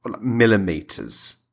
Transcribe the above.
millimeters